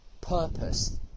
purpose